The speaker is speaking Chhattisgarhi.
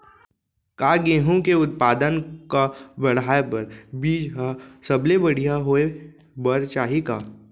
का गेहूँ के उत्पादन का बढ़ाये बर बीज ह सबले बढ़िया होय बर चाही का?